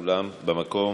כולם במקום?